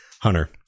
Hunter